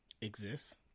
exists